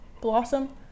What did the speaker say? Blossom